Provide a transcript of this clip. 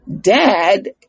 dad